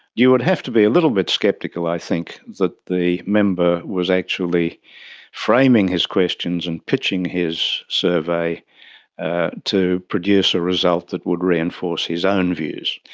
you would have to be a little bit sceptical i think that the member was actually framing his questions and pitching his survey ah to produce a result that would reinforce his own views.